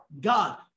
God